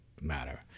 matter